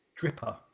Dripper